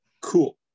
cool